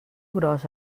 gros